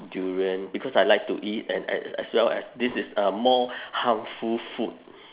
durian because I like to eat and as as well as this is a more harmful food